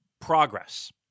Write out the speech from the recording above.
Progress